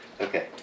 Okay